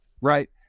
right